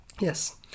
yes